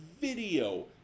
video